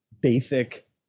basic